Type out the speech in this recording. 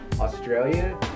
Australia